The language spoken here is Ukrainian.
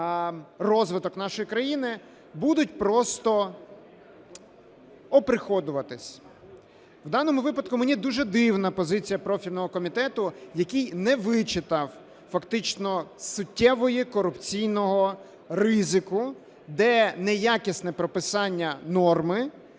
розвиток нашої країни, будуть просто оприходуватись. У даному випадку мені дуже дивна позиція профільного комітету, який не вичитав фактично суттєвого корупційного ризику, де неякісне прописання норми